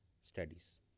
studies